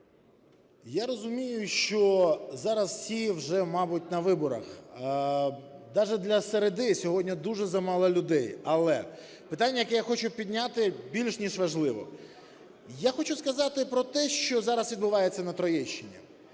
Я розумію, що зараз всі вже, мабуть, на виборах. Даже для середи сьогодні дуже замало людей. Але питання, яке я хочу підняти, більш ніж важливо. Я хочу сказати про те, що зараз відбувається на Троєщині.